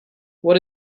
what